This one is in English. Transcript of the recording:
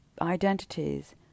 identities